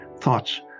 thoughts